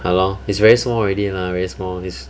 !hannor! it's very small already lah very small it's